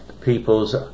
peoples